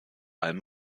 allem